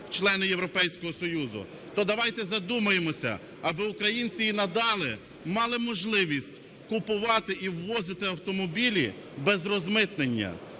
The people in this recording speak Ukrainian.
члени Європейського Союзу, то давайте задумаємося, аби українці і надалі мали можливість купувати і ввозити автомобілі без розмитнення.